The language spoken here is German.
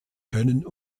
können